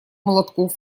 молотков